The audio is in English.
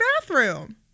bathroom